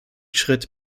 schritt